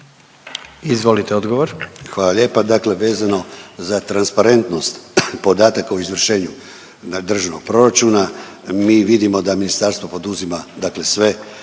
Ivan** Hvala lijepa. Dakle, vezano za transparentnost podataka o izvršenju državnog proračuna mi vidimo da ministarstvo poduzima,